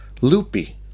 loopy